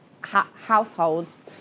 households